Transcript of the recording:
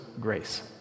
grace